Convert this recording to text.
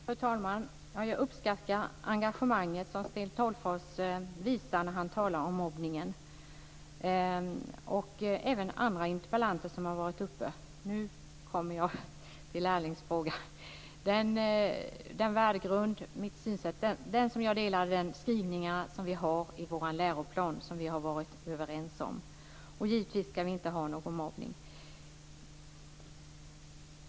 Fru talman! Jag uppskattar det engagemang som Sten Tolgfors, och även andra interpellanter som har varit uppe, visar när de talar om mobbningen. Nu kommer jag till Erlings fråga om värdegrunden och mitt synsätt. Jag instämmer i de skrivningar som vi har i vår läroplan, som vi har varit överens om. Givetvis ska vi inte ha någon mobbning.